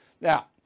Now